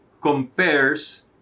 compares